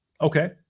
Okay